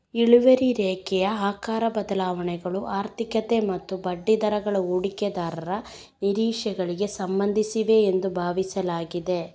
ಇಳುವರಿ ರೇಖೆಯ ಆಕಾರ ಬದಲಾವಣೆಗಳು ಆರ್ಥಿಕತೆ ಮತ್ತು ಬಡ್ಡಿದರಗಳ ಹೂಡಿಕೆದಾರರ ನಿರೀಕ್ಷೆಗಳಿಗೆ ಸಂಬಂಧಿಸಿವೆ ಎಂದು ಭಾವಿಸಲಾಗಿದೆ